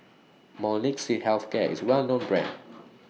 Molnylcke Health Care IS A Well known Brand